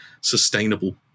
sustainable